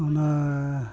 ᱚᱱᱟ